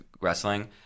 wrestling